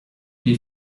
they